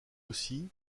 aussi